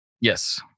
Yes